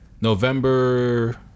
November